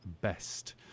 best